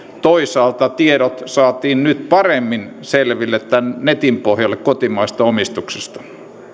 toisaalta tiedot saatiin nyt paremmin selville tämän netin pohjalle kotimaisesta omistuksesta